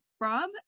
Rob